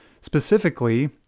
Specifically